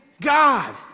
God